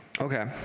Okay